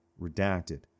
Redacted